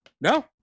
No